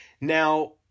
Now